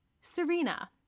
Serena